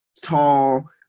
tall